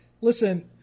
listen